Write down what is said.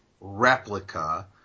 replica